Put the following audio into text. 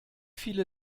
viele